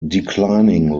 declining